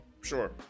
Sure